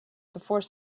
before